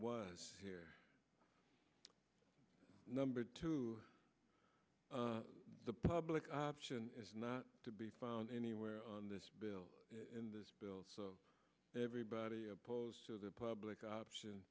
was here number two the public option is not to be found anywhere on this bill and this bill everybody opposed to the public option